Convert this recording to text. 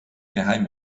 geheim